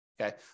Okay